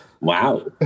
Wow